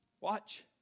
watch